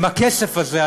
הכסף הזה,